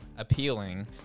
appealing